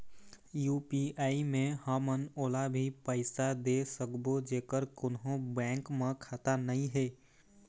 UPI मे हमन ओला भी पैसा दे सकबो जेकर कोन्हो बैंक म खाता नई हे?